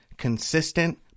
consistent